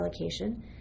allocation